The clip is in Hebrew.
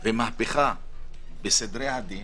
ומהפכה בסדרי הדין,